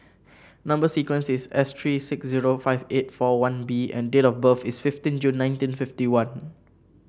number sequence is S three six zero five eight four one B and date of birth is fifteen June nineteen fifty one